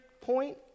point